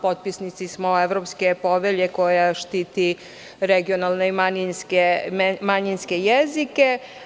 Potpisnici smo Evropske povelje koja štiti regionalne i manjinske jezike.